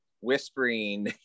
whispering